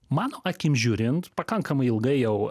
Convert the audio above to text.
mano akim žiūrint pakankamai ilgai jau